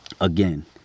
Again